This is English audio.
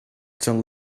turn